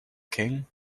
king